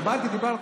ובאתי ודיברתי.